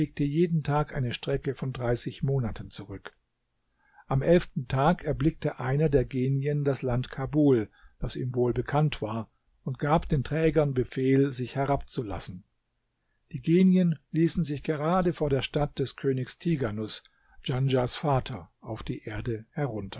jeden tag eine strecke von dreißig monaten zurück am elften tag erblickte einer der genien das land kabul das ihm wohl bekannt war und gab den trägern befehl sich herabzulassen die genien ließen sich gerade vor der stadt des königs tighanus djanschahs vater auf die erde herunter